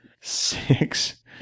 Six